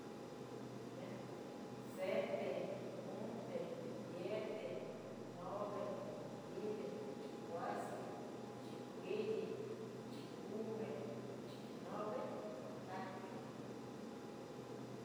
Senteh, unteh, yeteh, nabeh macuilih, chicuaseh, chicueyi, chicome, chicnabih, mahtlactli.